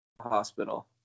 hospital